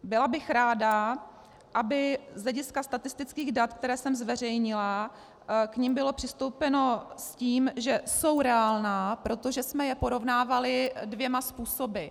Byla bych ráda, aby z hlediska statistických dat, která jsem zveřejnila, k nim bylo přistoupeno s tím, že jsou reálná, protože jsme je porovnávali dvěma způsoby.